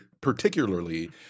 particularly